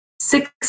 six